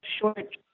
short